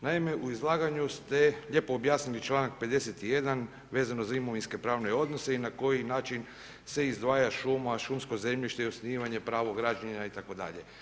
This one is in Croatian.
Naime u izlaganju ste lijepo objasnili članak 51. vezano za imovinske pravne odnose i na koji način se izdvaja šuma, šumsko zemljište i osnivanje pravo građenja itd.